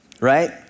right